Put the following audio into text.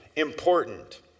important